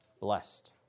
blessed